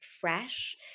fresh